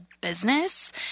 business